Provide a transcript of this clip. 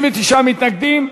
מתנגדים.